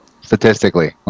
Statistically